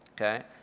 okay